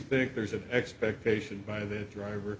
think there's an expectation by the driver